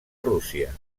rússia